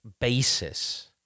basis